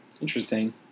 Interesting